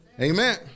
Amen